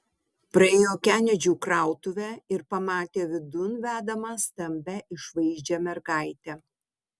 praėjo kenedžių krautuvę ir pamatė vidun vedamą stambią išvaizdžią mergaitę